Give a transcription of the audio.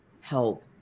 help